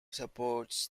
supports